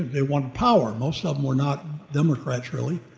they wanted power. most of them were not democrats really,